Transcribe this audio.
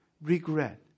regret